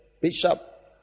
Bishop